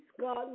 God